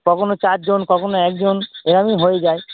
কখনও চারজন কখনও একজন এরমই হয়ে যায়